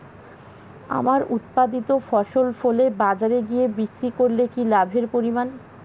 আমার উৎপাদিত ফসল ফলে বাজারে গিয়ে বিক্রি করলে কি লাভের পরিমাণ?